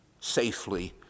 safely